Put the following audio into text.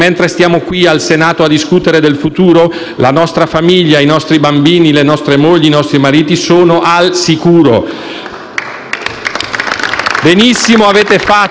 al Senato a discutere del futuro, la nostra famiglia, i nostri bambini, le nostre mogli e i nostri mariti sono al sicuro. *(Applausi dal